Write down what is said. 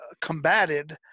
combated